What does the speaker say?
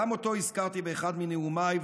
הזכרתי באחד מנאומיי,